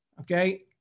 okay